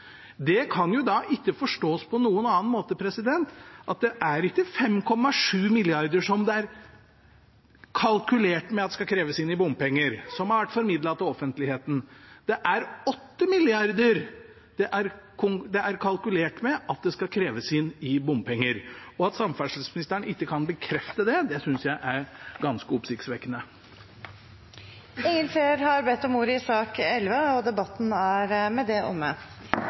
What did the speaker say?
Dette kan ikke forstås på noen annen måte enn at det ikke er 5,7 mrd. kr det er kalkulert med skal kreves inn i bompenger, noe som har vært formidlet til offentligheten. Det er 8 mrd. kr det er kalkulert med at det skal kreves inn i bompenger. At samferdselsministeren ikke kan bekrefte det, synes jeg er ganske oppsiktsvekkende. Flere har ikke bedt om ordet til sak nr. 11. Etter ønske fra transport- og